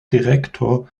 direktor